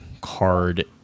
card